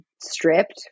stripped